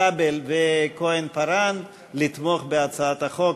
כבל וכהן-פארן לתמוך בהצעת החוק,